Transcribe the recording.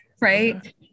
right